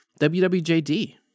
WWJD